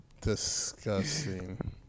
Disgusting